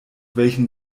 welchen